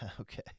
Okay